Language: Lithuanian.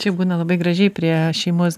čia būna labai gražiai prie šeimos